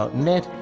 ah net.